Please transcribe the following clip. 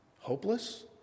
Hopeless